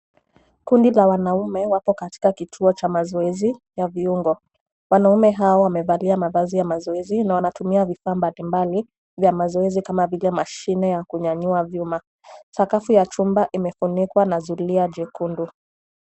Kundi la wanaume wapo katika kituo cha mazoezi ya viungo. Wanaume hawa wamevalia mavazi za mazoezi na wanatumia vifaa mbalimbali za mazoezi kama vile mashine ya kunyanyua vyuma. Sakafu ya chumba imefunikwa na zulia jekundu.